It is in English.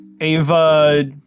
Ava